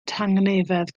tangnefedd